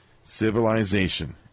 civilization